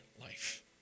life